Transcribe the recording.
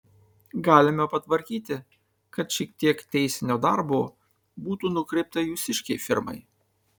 galime patvarkyti kad šiek tiek teisinio darbo būtų nukreipta jūsiškei firmai